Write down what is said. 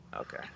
Okay